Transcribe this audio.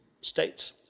states